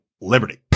Liberty